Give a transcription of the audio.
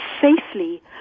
safely